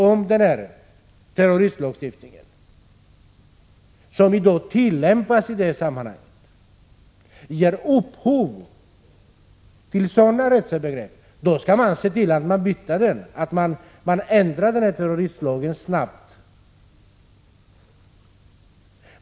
Om terroristlagstiftningen, som tillämpades i detta sammanhang, ger upphov till rättsövergrepp av det här slaget, så måste vi snabbt ändra den.